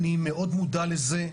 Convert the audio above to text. אני מאוד מודע לזה,